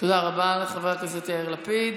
תודה רבה לחבר הכנסת יאיר לפיד.